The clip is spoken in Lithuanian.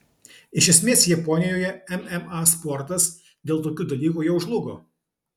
iš esmės japonijoje mma sportas dėl tokių dalykų jau žlugo